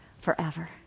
forever